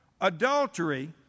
adultery